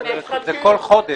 זה כל חודש.